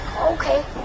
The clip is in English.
Okay